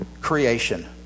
creation